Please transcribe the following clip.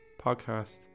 podcast